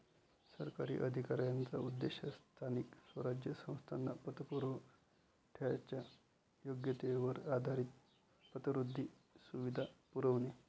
सरकारी अधिकाऱ्यांचा उद्देश स्थानिक स्वराज्य संस्थांना पतपुरवठ्याच्या योग्यतेवर आधारित पतवृद्धी सुविधा पुरवणे